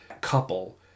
couple